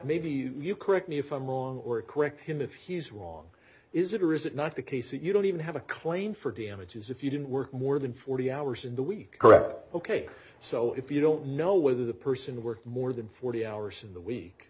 maybe you correct me if i'm wrong or correct him if he's wrong is it or is it not the case that you don't even have a claim for damages if you didn't work more than forty hours in the week correct ok so if you don't know whether the person worked more than forty hours in the week